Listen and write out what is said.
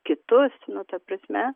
kitus nu ta prasme